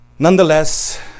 Nonetheless